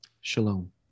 Shalom